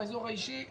באזור האישי,